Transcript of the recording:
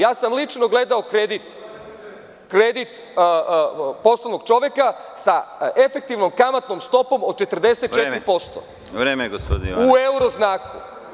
Ja sam lično gledao kredit poslovnog čoveka sa efektivnom kamatnom stopom od 44% u evro znaku.